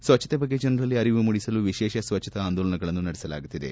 ಸ್ವಚ್ದತೆ ಬಗ್ಗೆ ಜನರಲ್ಲಿ ಅರಿವು ಮೂಡಿಸಲು ವಿಶೇಷ ಸ್ವಚ್ದತಾ ಅಂದೋಲನಗಳನ್ನು ನಡೆಸಲಾಗುತ್ತಿದೆ